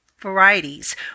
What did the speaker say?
varieties